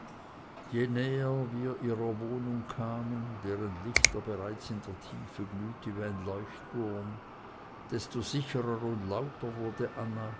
wir ihrer wohnung kamen deren licht bereits in der tiefe glühte wie ein leuchtwurm desto sicherer und lauter wurde